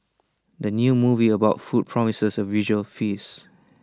the new movie about food promises A visual feast